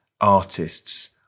artists